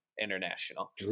international